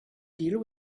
deal